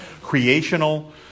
creational